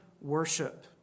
worship